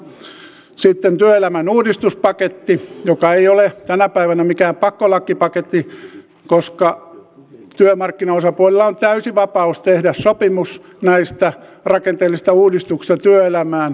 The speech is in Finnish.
sitten on työelämän uudistuspaketti joka ei ole tänä päivänä mikään pakkolakipaketti koska työmarkkinaosapuolilla on täysi vapaus tehdä sopimus näistä rakenteellisista uudistuksista työelämään